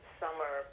summer